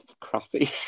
crappy